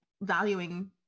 valuing